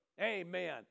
amen